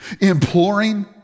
Imploring